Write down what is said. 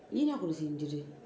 nina கூட செய்திரு:kuda seythiru